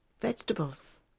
vegetables